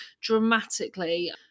dramatically